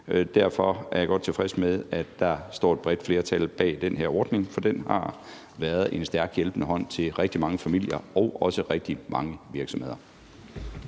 derfor er jeg også godt tilfreds med, at der står et bredt flertal bag den her ordning. For den har været en stærkt hjælpende hånd til rigtig mange familier og også til rigtig mange virksomheder.